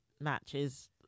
matches